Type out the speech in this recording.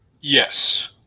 yes